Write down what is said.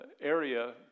area